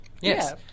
Yes